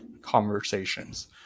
conversations